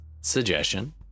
suggestion